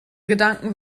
gedanken